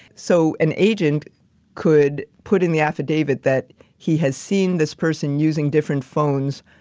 so, an agent could put in the affidavit that he has seen this person using different phones,